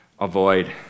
avoid